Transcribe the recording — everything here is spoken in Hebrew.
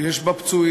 ויש בה פצועים,